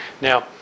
Now